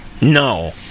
No